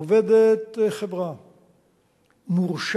עובדת חברה מורשה,